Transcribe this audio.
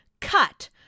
cut